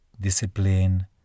discipline